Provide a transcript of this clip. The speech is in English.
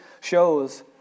shows